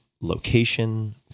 location